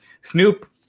Snoop